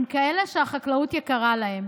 הם כאלה שהחקלאות יקרה להם.